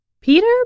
Peter